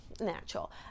natural